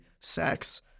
sex